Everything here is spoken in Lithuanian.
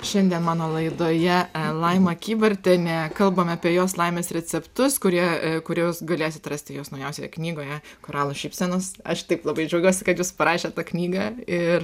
šiandien mano laidoje laima kybartienė kalbam apie jos laimės receptus kurie kuriuos galėsit rasti jos naujausioje knygoje koralų šypsenos aš taip labai džiaugiuosi kad jūs parašėt tą knygą ir